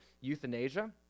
Euthanasia